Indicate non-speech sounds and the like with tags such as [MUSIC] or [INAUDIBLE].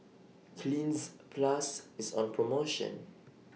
Cleanz Plus IS on promotion [NOISE]